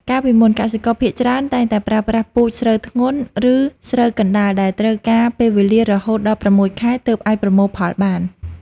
កាលពីមុន កសិករភាគច្រើនតែងតែប្រើប្រាស់ពូជស្រូវធ្ងន់ ឬស្រូវកណ្ដាលដែលត្រូវការពេលវេលារហូតដល់ ៦ ខែទើបអាចប្រមូលផលបាន។